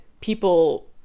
people